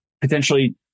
potentially